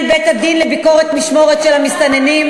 בית-הדין לביקורת משמורת של המסתננים.